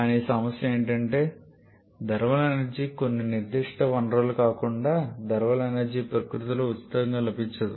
కానీ సమస్య ఏమిటంటే థర్మల్ ఎనర్జీ కొన్ని నిర్దిష్ట వనరులు కాకుండా థర్మల్ ఎనర్జీ ప్రకృతిలో ఉచితంగా లభించదు